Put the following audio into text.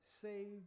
Saved